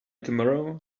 tomorrow